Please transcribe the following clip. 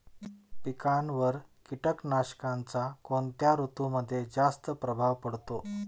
पिकांवर कीटकनाशकांचा कोणत्या ऋतूमध्ये जास्त प्रभाव पडतो?